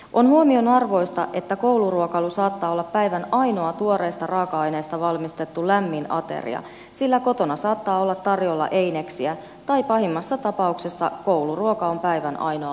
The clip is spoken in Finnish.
on huomionarvoista että kouluruokailu saattaa olla päivän ainoa tuoreista raaka aineista valmistettu lämmin ateria sillä kotona saattaa olla tarjolla eineksiä tai pahimmassa tapauksessa kouluruoka on päivän ainoa lämmin ateria